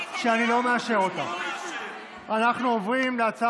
מה התשובה